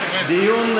הקודם,